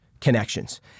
connections